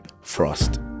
Frost